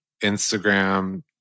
instagram